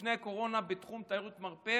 לפני הקורונה בתחום תיירות המרפא